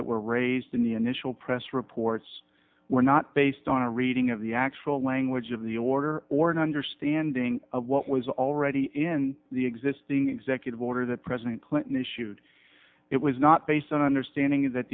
that were raised in the initial press reports were not based on a reading of the actual language of the order or an understanding of what was already in the existing executive order that president clinton issued it was not based on understanding that